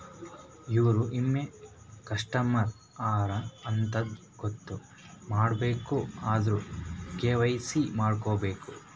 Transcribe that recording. ಇವ್ರು ನಮ್ದೆ ಕಸ್ಟಮರ್ ಹರಾ ಅಂತ್ ಗೊತ್ತ ಮಾಡ್ಕೋಬೇಕ್ ಅಂದುರ್ ಕೆ.ವೈ.ಸಿ ಮಾಡ್ಕೋಬೇಕ್